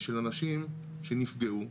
של אנשים שנפגעו,